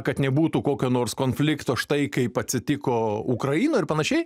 kad nebūtų kokio nors konflikto štai kaip atsitiko ukrainoj ir panašiai